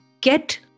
get